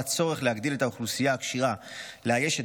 עלה צורף להגדיל את האוכלוסייה הכשירה לאייש את